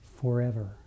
forever